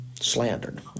slandered